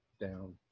down